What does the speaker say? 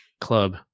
club